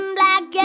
black